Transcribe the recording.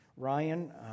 Ryan